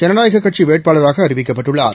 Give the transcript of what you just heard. ஜனநாயககட்சிவேட்பாளராகஅறிவிக்கப்பட்டுள்ளார்